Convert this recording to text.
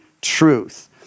truth